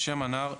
שם הנער,